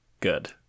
Good